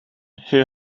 who